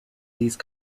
these